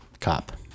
Cop